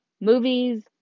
movies